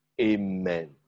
amen